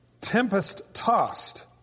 tempest-tossed